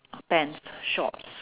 pants shorts